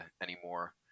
anymore